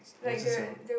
Luo-Zhi-Xiang